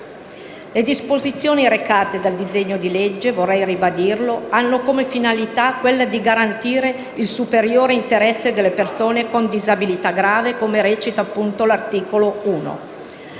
Le disposizioni recate dal disegno di legge, vorrei ribadirlo, hanno come finalità quella di garantire il superiore interesse delle persone con disabilità grave, come recita appunto l'articolo 1.